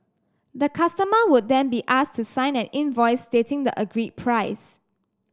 the customer would then be asked to sign an invoice stating the agreed price